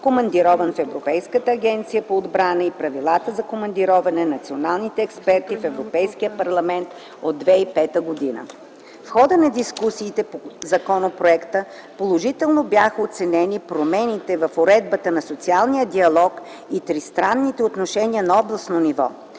командирован в Европейската агенция по отбрана, и Правилата за командироване на национални експерти в Европейския парламент от 2005 г. В хода на дискусиите по законопроекта положително бяха оценени промените в уредбата на социалния диалог и тристранните отношения на областно ниво.